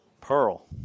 Pearl